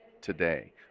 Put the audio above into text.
today